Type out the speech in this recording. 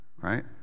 right